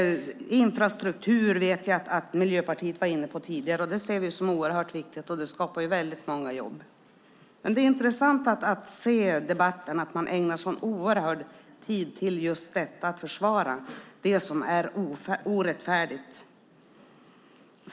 Miljöpartiet var tidigare inne på frågan om infrastruktur. Det är oerhört viktigt och skapar väldigt många jobb. Det är intressant att man ägnar så oerhört lång tid åt att försvara det som är orättfärdigt.